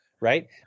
right